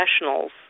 professionals